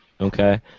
Okay